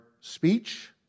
speech